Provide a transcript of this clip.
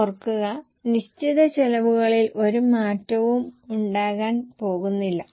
ഓർക്കുക നിശ്ചിത ചെലവുകളിൽ ഒരു മാറ്റവും ഉണ്ടാകാൻ പോകുന്നില്ല